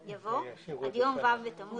הם יבואו גם לא מוכנים בעוד